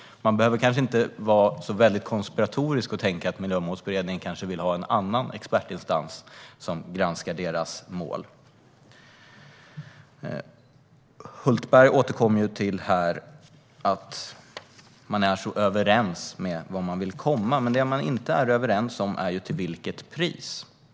Man behöver kanske inte vara så konspiratorisk och tänka att Miljömålsberedningen vill ha en annan expertinstans som granskar deras mål. Hultberg återkommer till att man är så överens om vart man vill komma. Men det man inte är överens om är till vilket pris.